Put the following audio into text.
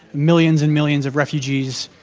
millions and millions of refugees,